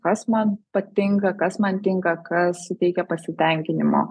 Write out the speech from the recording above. kas man patinka kas man tinka kas suteikia pasitenkinimo